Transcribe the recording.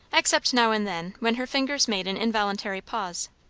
except now and then when her fingers made an involuntary pause.